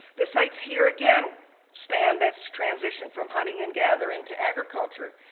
the sites here again span this transition from hunting and gathering to agriculture,